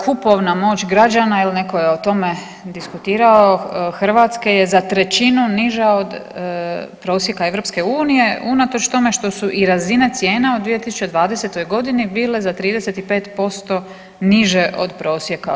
Kupovna moć građana jel netko je o tome diskutirao Hrvatske je za trećinu niža od prosjeka EU unatoč tome što su i razine cijena u 2020. godini bile za 35% niže od prosjeka u EU.